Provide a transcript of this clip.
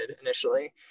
initially